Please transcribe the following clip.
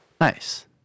Nice